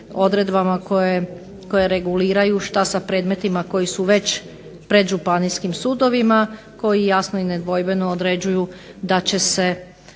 odredbama koje reguliraju šta sa predmetima koji su već pred županijskim sudovima koji jasno i nedvojbeno određuju da će se,